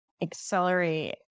accelerate